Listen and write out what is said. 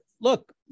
look